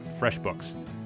FreshBooks